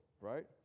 right